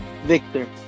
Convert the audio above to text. Victor